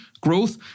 growth